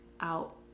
out